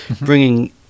bringing